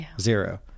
Zero